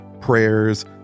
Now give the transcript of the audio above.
prayers